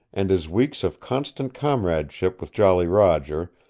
and his weeks of constant comradeship with jolly roger,